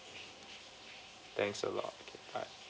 thanks a lot okay bye